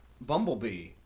Bumblebee